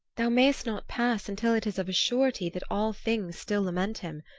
thou mayst not pass until it is of a surety that all things still lament him.